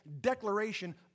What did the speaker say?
declaration